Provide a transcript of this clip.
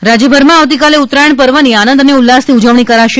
ઉત્તરાયણ રાજ્યભરમાં આવતીકાલે ઉત્તરાયણ પર્વની આનંદ અને ઉલ્લાસથી ઉજવણી કરાશે